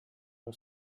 her